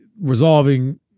resolving